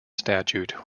statute